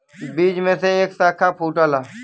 बीज में से एक साखा फूटला